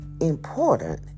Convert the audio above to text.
important